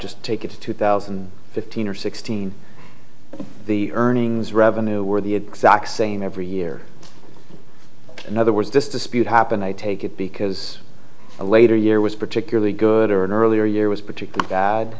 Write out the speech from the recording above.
just take it to two thousand and fifteen or sixteen the earnings revenue were the exact same every year in other words this dispute happened i take it because a later year was particularly good or an earlier year was particularly bad